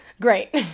Great